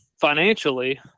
financially